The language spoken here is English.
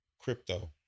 crypto